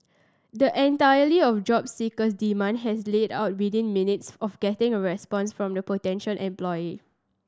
the entirely of job seeker's demand has laid out within minutes of getting a response from the potential employer